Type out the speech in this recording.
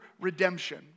redemption